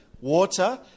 water